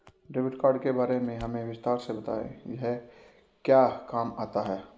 Debit card के बारे में हमें विस्तार से बताएं यह क्या काम आता है?